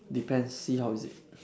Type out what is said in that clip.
depends see how is it